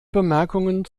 bemerkungen